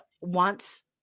wants